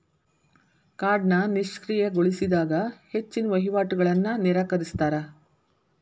ಕಾರ್ಡ್ನ ನಿಷ್ಕ್ರಿಯಗೊಳಿಸಿದಾಗ ಹೆಚ್ಚಿನ್ ವಹಿವಾಟುಗಳನ್ನ ನಿರಾಕರಿಸ್ತಾರಾ